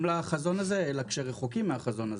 לחזון הזה אלא כשרחוקים מהחזון הזה.